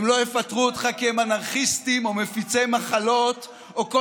הם לא יפטרו אותך כי הם אנרכיסטים או מפיצי מחלות או כל